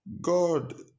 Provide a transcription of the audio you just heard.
God